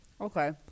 Okay